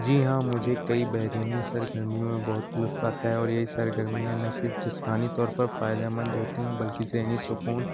جی ہاں مجھے کئی بیرونی سرگرمیوں میں بہت لطف آتا ہے اور یہی سرگرمیاں نہ صرف جسمانی طور پر فائدہ مند ہوتی ہیں بلکہ ذہنی سکون